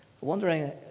Wondering